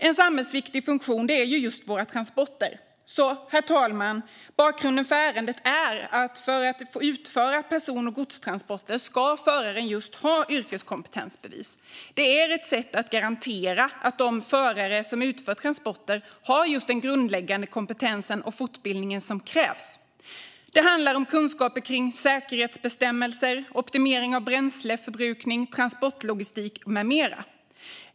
En samhällsviktig funktion är just våra transporter. Herr talman! Bakgrunden till ärendet är att förare för att få utföra person och godstransporter ska ha ett yrkeskompetensbevis. Det är ett sätt att garantera att de förare som utför transporter har den grundläggande kompetens och fortbildning som krävs. Det handlar om kunskaper kring säkerhetsbestämmelser, optimering av bränsleförbrukning, transportlogistik med mera.